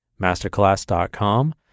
Masterclass.com